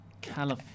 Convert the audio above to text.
California